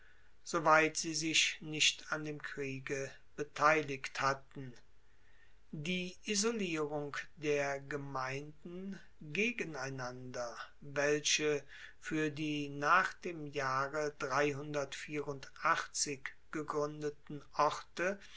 soweit sie sich nicht an dem kriege beteiligt hatten die isolierung der gemeinden gegeneinander welche fuer die nach dem jahre gegruendeten orte